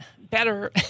better